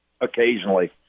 occasionally